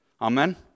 Amen